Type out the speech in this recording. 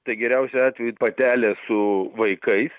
tai geriausiu atveju patelė su vaikais